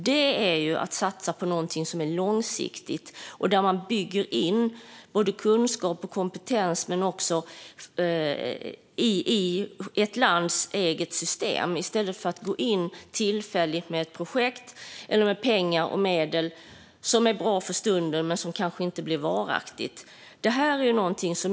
Detta är att satsa på något som är långsiktigt och där både kunskap och kompetens byggs in i ett lands eget system i stället för att man går in tillfälligt med ett projekt eller med pengar och medel som är bra för stunden men som kanske inte blir varaktiga.